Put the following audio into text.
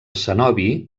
cenobi